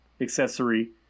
accessory